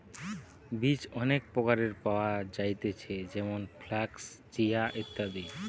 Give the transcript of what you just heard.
বীজ অনেক প্রকারের পাওয়া যায়তিছে যেমন ফ্লাক্স, চিয়া, ইত্যাদি